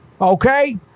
Okay